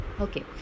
Okay